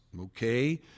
Okay